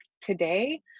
today